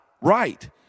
Right